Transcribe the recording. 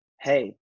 Hey